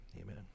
amen